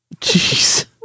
Jeez